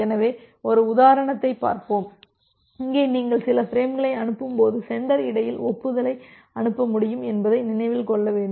எனவே ஒரு உதாரணத்தைப் பார்ப்போம் இங்கே நீங்கள் சில பிரேம்களை அனுப்பும்போது சென்டர் இடையில் ஒப்புதலை அனுப்ப முடியும் என்பதை நினைவில் கொள்ள வேண்டும்